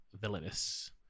villainous